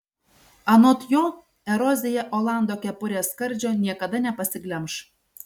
anot jo erozija olando kepurės skardžio niekada nepasiglemš